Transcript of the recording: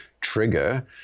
trigger